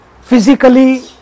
physically